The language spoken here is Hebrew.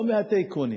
לא מהטייקונים,